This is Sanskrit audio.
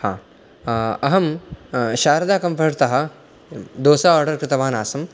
हा अहं शारदा कम्फ़र्ट् तः दोसा आर्डर् कृतवान् आसम्